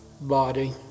body